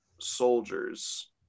soldiers